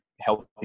healthy